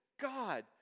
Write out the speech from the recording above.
God